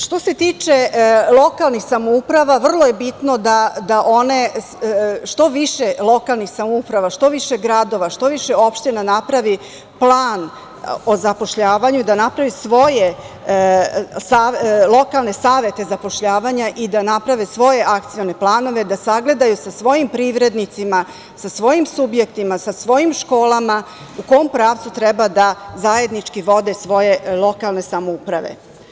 Što se tiče lokalnih samouprava, vrlo je bitno da one što više lokalnih samouprava, što više gradova, što više opština napravi plan o zapošljavanju i da naprave svoje lokalne savete zapošljavanja i da naprave svoje akcione planove, da sagledaju sa svojim privrednicima, sa svojim subjektima, sa svojim školama, u kom pravcu treba da zajednički vode svoje lokalne samouprave.